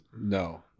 No